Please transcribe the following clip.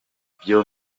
byo